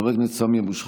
חבר הכנסת סמי אבו שחאדה,